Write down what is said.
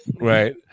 right